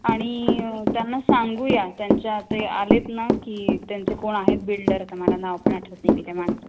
आणि त्यांना सांगूया त्यांच्या ते आलेत ना की त्यांचे कोण आहेत बिल्डर आता मला नाव पण आठवत नाही आहे त्या माणसाचं